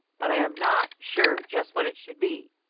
but i am not sure just what it should be.